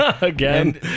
again